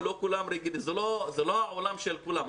זה לא העולם של כולם.